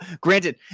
granted